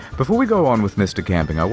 before we go on with mr. camping, ah